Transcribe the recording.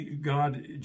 God